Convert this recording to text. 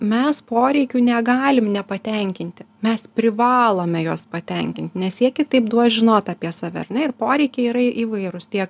mes poreikių negalim nepatenkinti mes privalome juos patenkint nes jie kitaip duos žinot apie save ar ne ir poreikiai yra įvairūs tiek